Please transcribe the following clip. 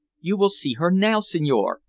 you will see her now, signore,